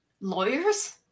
lawyers